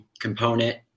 component